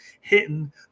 hitting